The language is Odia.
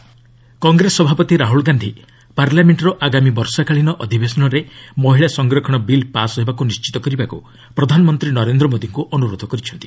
ରାହୁଲ୍ ପିଏମ୍ କଂଗ୍ରେସ ସଭାପତି ରାହଲ୍ ଗାନ୍ଧି ପାର୍ଲାମେଣ୍ଟର ଆଗାମୀ ବର୍ଷାକାଳୀନ ଅଧିବେଶନରେ ମହିଳା ସଂରକ୍ଷଣ ବିଲ୍ ପାସ୍ ହେବାକୁ ନିଶିତ କରିବାକୁ ପ୍ରଧାନମନ୍ତ୍ରୀ ନରେନ୍ଦ୍ର ମୋଦିଙ୍କୁ ଅନୁରୋଧ କରିଛନ୍ତି